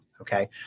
Okay